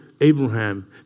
Abraham